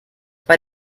bei